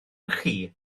chi